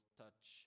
touch